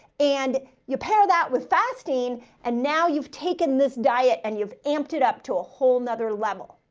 and you pair that with fasting and now you've taken this diet and you've amped it up to a whole nother level.